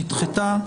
ההסתייגות נדחתה.